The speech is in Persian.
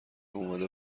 اومده